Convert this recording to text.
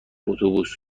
اتوبوس